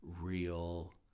real